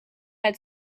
had